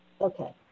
Okay